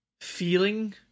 feeling